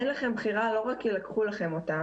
אין לכם בחירה לא רק כי לקחו לכם אותה.